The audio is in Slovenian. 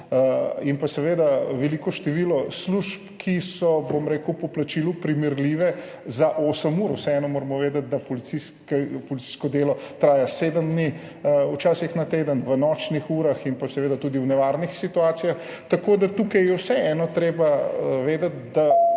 in seveda veliko število služb, ki so, bom rekel, po plačilu primerljive za 8 ur, vseeno moramo vedeti, da policijsko delo traja včasih sedem dni na teden, v nočnih urah in seveda tudi v nevarnih situacijah, tako da je tukaj vseeno treba vedeti, da